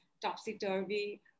topsy-turvy